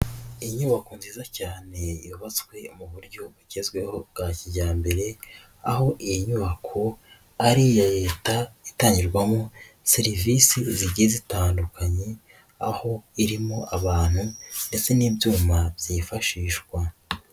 Inyubako nziza cyane yubatswe mu buryo bugezweho bwa kijyambere aho iyi nyubako ari iya Leta, itangirwamo serivise zigiye zitandukanye aho irimo abantu ndetse n'ibyuma byifashishwa.